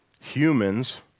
humans